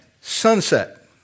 sunset